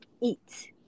eat